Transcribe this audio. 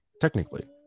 Technically